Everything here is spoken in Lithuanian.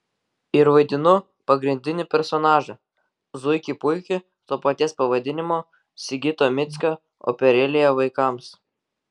ir vaidinu pagrindinį personažą zuikį puikį to paties pavadinimo sigito mickio operėlėje vaikams